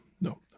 no